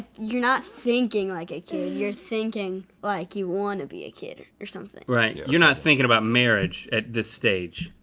you're not thinking like a kid, you're thinking like you wanna be a kid, or something. right, you're not thinking about marriage at this stage.